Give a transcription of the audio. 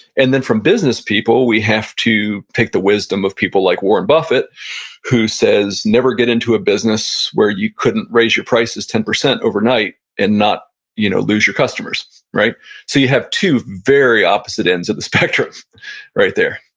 and then from business people, we have to pick the wisdom of people like warren buffet who says, never get into a business where you couldn't raise your prices ten percent overnight and not you know lose your customers so you have two very opposite ends of the spectrum right there.